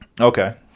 okay